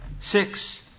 Six